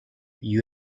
you